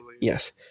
Yes